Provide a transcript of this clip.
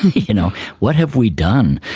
you know what have we done?